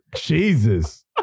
Jesus